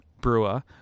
brewer